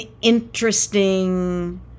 interesting